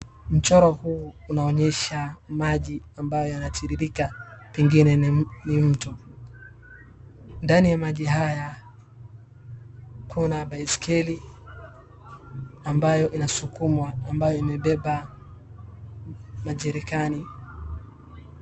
Mchoro huu unaonyesha maji ambayo yanatiririka, pengine ni mto. Ndani ya maji haya kuna baiskeli ambayo inasukumwa ambayo imebeba majerikani.